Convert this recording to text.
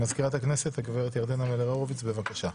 מזכירת הכנסת, גברת ירדנה מלר הורוביץ, בבקשה.